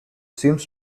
seems